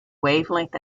wavelength